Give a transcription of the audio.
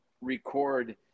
record